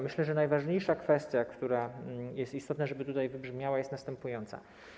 Myślę, że najważniejsza kwestia, która jest istotna, i ważne, żeby tutaj wybrzmiała, jest następująca.